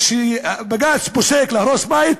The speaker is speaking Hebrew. בג"ץ פוסק להרוס בית?